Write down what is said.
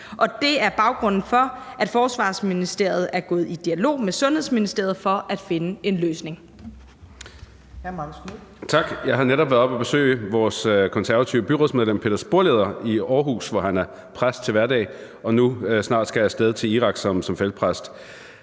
Det er baggrunden for, at Forsvarsministeriet er gået i dialog med Sundhedsministeriet for at finde en løsning.